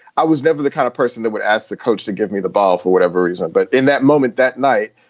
i was never the kind of person that would ask the coach to give me the ball for whatever reason. but in that moment, that night,